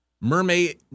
mermaid